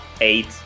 eight